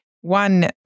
one